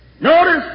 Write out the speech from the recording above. Notice